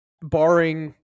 barring